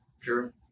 Sure